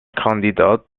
kandidat